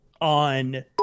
on